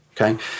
Okay